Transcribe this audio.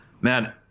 man